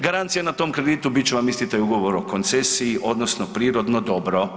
Garancija na tom kreditu bit će vam isti taj ugovor o koncesiji odnosno prirodno dobro.